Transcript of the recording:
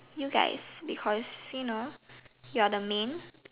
you guys because you know you're the main